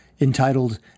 entitled